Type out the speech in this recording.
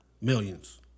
Millions